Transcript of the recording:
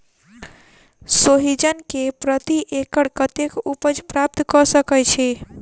सोहिजन केँ प्रति एकड़ कतेक उपज प्राप्त कऽ सकै छी?